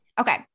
Okay